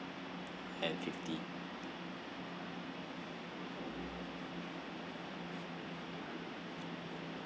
and fifty